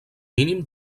mínim